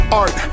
art